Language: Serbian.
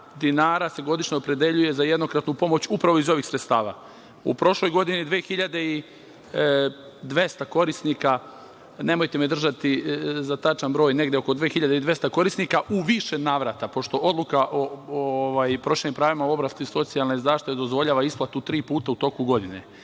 dinara se godišnje opredeljuje za jednokratnu pomoć upravo iz ovih sredstava. U prošloj godini 2200 korisnika, nemojte me držati za tačan broj, negde oko 2200 korisnika u više navrata, pošto odluka o proširenim pravima u oblasti socijalne zaštite dozvoljava isplatu tri puta u toku godine.E,